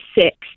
six